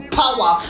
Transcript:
power